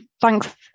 thanks